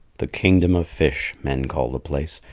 the kingdom of fish, men call the place,